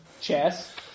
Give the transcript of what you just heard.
chess